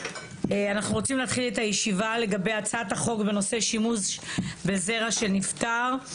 אנחנו רוצים להתחיל את הישיבה לגבי הצעת החוק בנושא שימוש בזרע של נפטר.